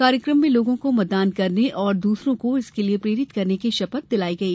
कार्यक्रम में लोगो को मतदान करने और दूसरों को इसके लिए प्रेरित करने की शपथ दिलाई गई